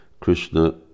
Krishna